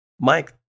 Mike